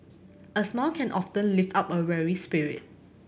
a smile can often lift up a weary spirit